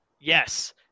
Yes